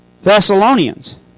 Thessalonians